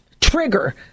trigger